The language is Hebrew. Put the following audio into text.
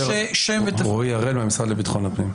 אני רועי הראל מהמשרד לביטחון פנים.